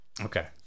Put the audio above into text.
Okay